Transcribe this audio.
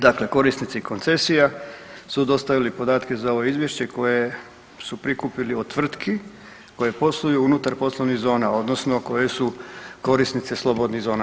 Dakle, korisnici koncesija su dostavili podatke za ovo izvješće koje su prikupili od tvrtki koje posluju unutar poslovnih zona odnosno koje su korisnice slobodnih zona.